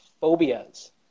phobias